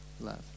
love